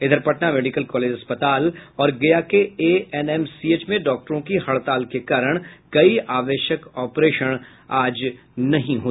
इधर Patna medical college अस्पताल और गया के एएनएमसीएच में डॉक्टरों की हड़ताल के कारण कई आवश्यक ऑपरेशन नहीं हुए